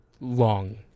long